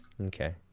okay